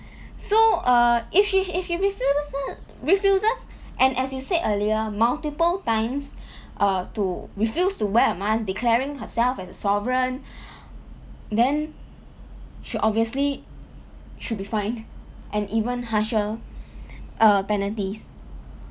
so err if she if she refuses refuses and as you said earlier multiple times uh to refuse to wear a mask declaring herself as a sovereign then she obviously should be fined and even harsher err penalties